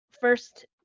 first